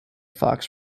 fox